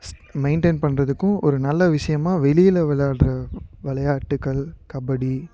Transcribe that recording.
maintain பண்ணுறதுக்கும் ஒரு நல்ல விஷயமா வெளியில் விளாடுற விளையாட்டுக்கள் கபடி